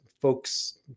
folks